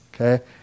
okay